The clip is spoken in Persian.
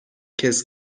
کِز